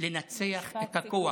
חייבת לנצח את הכוח.